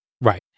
Right